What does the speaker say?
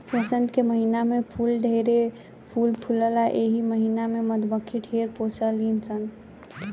वसंत के महिना में फूल ढेरे फूल फुलाला एही महिना में मधुमक्खी ढेर पोसली सन